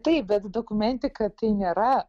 taip bet dokumentika tai nėra